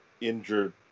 injured